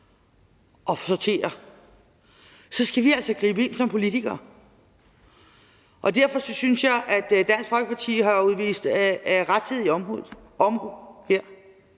at sortere, skal vi altså gribe ind som politikere. Derfor synes jeg, at Dansk Folkeparti her har udvist rettidig omhu.